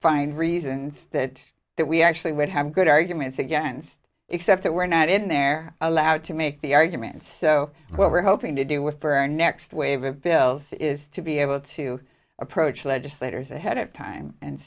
find reasons that that we actually would have good arguments against except that we're not in they're allowed to make the arguments so what we're hoping to do with for our next wave of bills is to be able to approach legislators ahead of time and